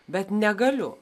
bet negaliu